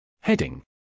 Heading